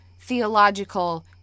theological